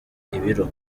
ibiro